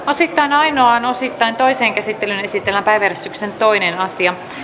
osittain ainoaan osittain toiseen käsittelyyn esitellään päiväjärjestyksen toinen asia